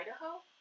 Idaho